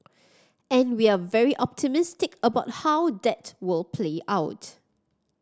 and we're very optimistic about how that will play out